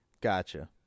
Gotcha